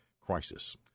crisis